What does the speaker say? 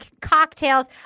cocktails